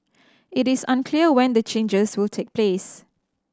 it is unclear when the changes will take place